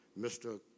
Mr